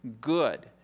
good